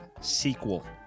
sequel